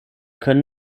können